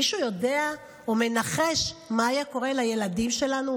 מישהו יודע או מנחש מה היה קורה לילדים שלנו,